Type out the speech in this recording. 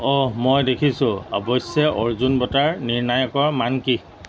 অঁ মই দেখিছোঁ অৱশ্যে অৰ্জুন বঁটাৰ নিৰ্ণায়কৰ মান কি